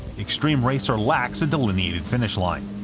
extreme racer lacks a delineated finish line.